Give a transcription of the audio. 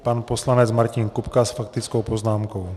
Pan poslanec Martin Kupka s faktickou poznámkou.